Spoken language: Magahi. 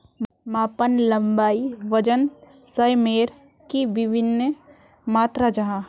मापन लंबाई वजन सयमेर की वि भिन्न मात्र जाहा?